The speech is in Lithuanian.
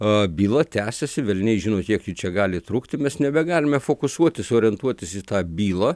a byla tęsiasi velniai žino kiek ji čia gali trukti mes nebegalime fokusuotis orientuotis į tą bylą